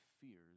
fears